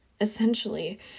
Essentially